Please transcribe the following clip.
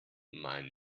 mein